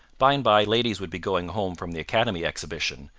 by and by ladies would be going home from the academy exhibition,